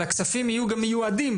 הכספים יהיו מיועדים